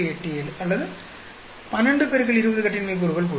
87 அல்லது 12 X 20 கட்டின்மை கூறுகள் கூட